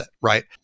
right